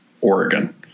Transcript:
Oregon